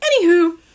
anywho